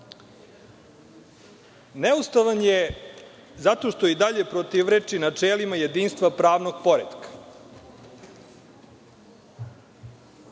Neustavan je zato što i dalje protivreči načelima jedinstva pravnog poretka.